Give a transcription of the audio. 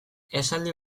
esaldi